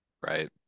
Right